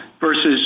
versus